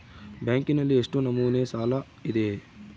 ಬ್ಯಾಂಕಿನಲ್ಲಿ ಎಷ್ಟು ನಮೂನೆ ಸಾಲ ಇದೆ?